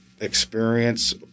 experience